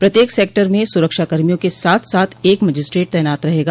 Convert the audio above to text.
प्रत्येक सक्टर में सुरक्षा कर्मियों के साथ साथ एक मजिस्ट्रेट तैनात रहेगा